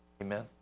Amen